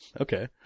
Okay